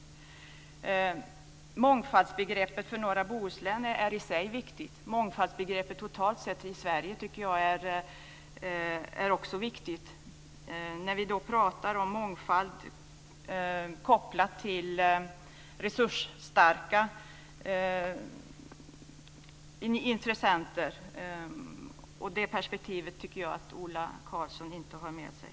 Mångfaldsbegreppet för norra Bohuslän är i sig viktigt. Mångfaldsbegreppet totalt sett i Sverige tycker jag också är viktigt när vi talar om mångfald kopplad till resursstarka intressenter. Det perspektivet tycker jag inte att Ola Karlsson har med sig.